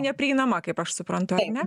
neprieinama kaip aš suprantu ane